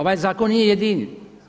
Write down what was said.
Ovaj zakon nije jedini.